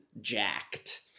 jacked